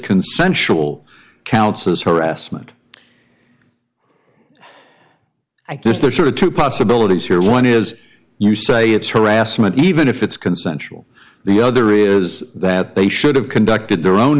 consensual counsels harassment i guess there are sort of two possibilities here one is you say it's harassment even if it's consensual the other is that they should have conducted their own